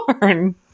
born